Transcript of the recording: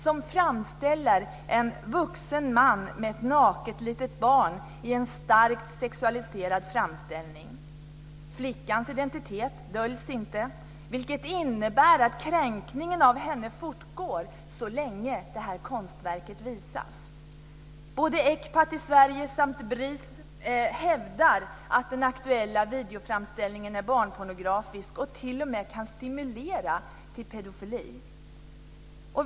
Den framställde en vuxen man med ett naket barn i en starkt sexualiserad situation. Flickand identitet döljs inte, vilket innebär att kränkningen av henne fortgår så länge som det här konstverket visas. ECPAT i Sverige och BRIS hävdar att den aktuella videoframställningen är barnpornografisk och att den t.o.m. kan stimulera till pedofili.